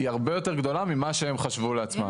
היא הרבה יותר גדולה ממה שהם חשבו לעצמם.